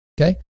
okay